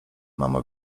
mama